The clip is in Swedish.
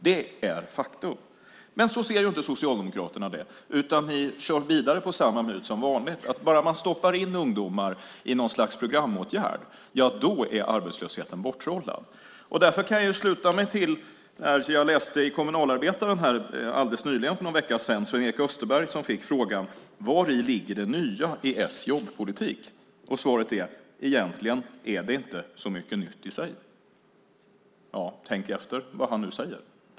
Det är faktum. Men så ser inte Socialdemokraterna det, utan de kör vidare på samma myt som vanligt, att om man bara stoppar in ungdomar i något slags programåtgärd är arbetslösheten borttrollad. Jag läste för någon vecka sedan Kommunalarbetaren. Sven-Erik Österberg fick frågan: Vari ligger det nya i Socialdemokraternas jobbpolitik? Svaret var: Egentligen är det inte så mycket nytt i sig. Tänk efter vad han säger.